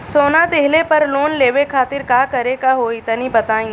सोना दिहले पर लोन लेवे खातिर का करे क होई तनि बताई?